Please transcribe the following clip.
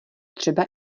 třeba